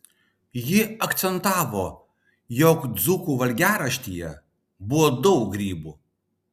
ji akcentavo jog dzūkų valgiaraštyje buvo daug grybų